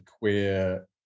queer